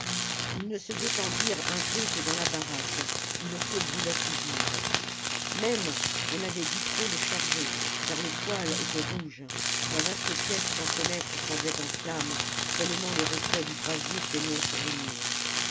ils ne se détendirent un peu que dans la baraque où le feu brûlait toujours même on avait dû trop le charger car le poêle était rouge la vaste pièce sans fenêtre semblait en flammes tellement les reflets du brasier saignaient sur les murs